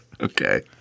Okay